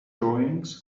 drawings